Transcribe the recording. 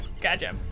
gotcha